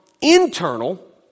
internal